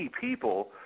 people